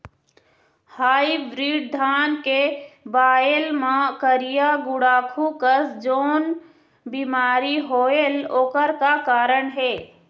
Hybrid धान के बायेल मां करिया गुड़ाखू कस जोन बीमारी होएल ओकर का कारण हे?